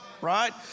right